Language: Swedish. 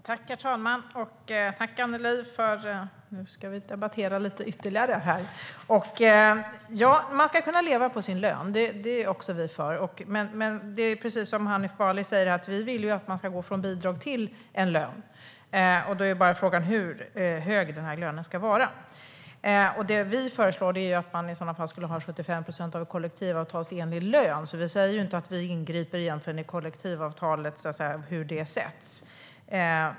Herr talman! Nu ska vi debattera lite ytterligare, Annelie. Ja, man ska kunna leva på sin lön. Det är också vi för. Men precis som Hanif Bali säger vill vi ju att man ska gå från bidrag till lön, och då är frågan bara hur hög lönen ska vara. Det vi föreslår är att man i så fall skulle ha 75 procent av en kollektivavtalsenlig lön, så vi säger inte att vi egentligen ingriper i hur kollektivavtalet sätts.